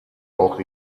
auch